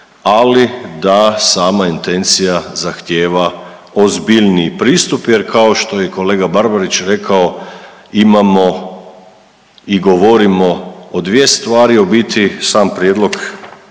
ali da sama intencija zahtijeva ozbiljniji pristup jer kao što je i kolega Barbarić rekao imamo i govorimo o dvije stvari, u biti sam prijedlog